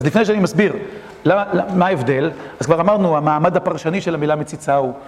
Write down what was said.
אז לפני שאני מסביר מה ההבדל, אז כבר אמרנו המעמד הפרשני של המילה מציצה הוא